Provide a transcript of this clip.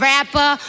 Rapper